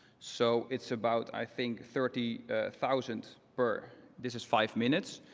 so it's about, i think, thirty thousand per this is five minutes.